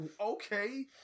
okay